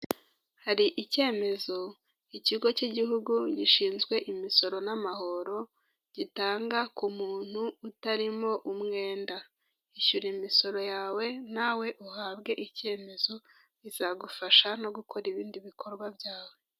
Hari icyemezo ikigo cy'igihugu gishinzwe imisoro n'amahoro gitanga ku muntu utarimo umwenda. Ishyura imisoro yawe nawe uhabwe icyemezo bizagufasha no gukora ibindi bikorwa byawe.